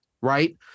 right